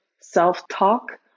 self-talk